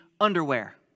underwear